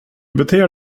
beter